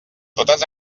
totes